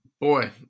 boy